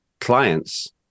clients